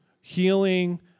healing